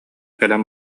кэлэн